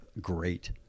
great